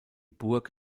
burg